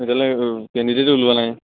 তেতিয়াহ'লে কেন্ডিডেটেই ওলোৱা নাই